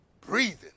Breathing